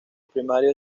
primario